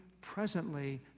presently